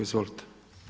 Izvolite.